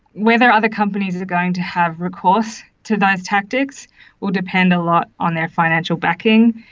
whether other companies are going to have recourse to those tactics will depend a lot on their financial backing,